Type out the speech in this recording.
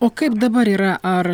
o kaip dabar yra ar